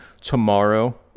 tomorrow